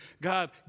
God